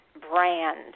brand